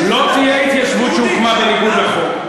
לא תהיה התיישבות שהוקמה בניגוד לחוק.